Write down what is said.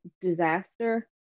disaster